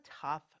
tough